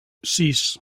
sis